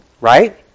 Right